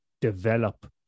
develop